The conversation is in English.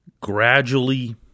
gradually